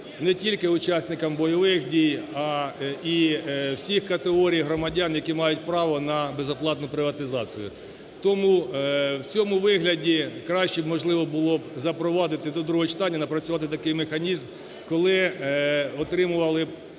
не тільки учасникам бойових дій, а і всіх категорій громадян, які мають право на безоплатну приватизацію. Тому в цьому вигляді краще, можливо, було б запровадити до другого читання, напрацювати такий механізм, коли отримували б